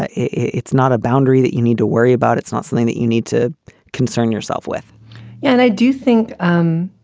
ah it's not a boundary that you need to worry about. it's not something that you need to concern yourself with and i do think. um